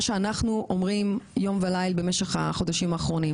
שאנחנו אומרים יום ולילה במשך החודשים האחרונים.